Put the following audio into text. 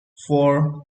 four